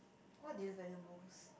what do you value most